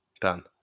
done